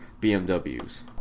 BMWs